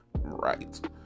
Right